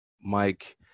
Mike